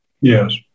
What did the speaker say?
Yes